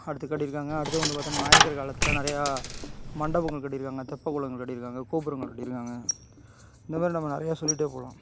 அடுத்து கட்டியிருக்காங்க அடுத்து வந்து பார்த்தன்னா நாயக்கர் காலத்தில் நிறையா மண்டபங்கள் கட்டியிருக்காங்க தெப்பக்குளங்கள் கட்டியிருக்காங்க கோபுரங்கள் கட்டியிருக்காங்க இந்தமாதிரி நம்ம நிறையா சொல்லிகிட்டே போகலாம்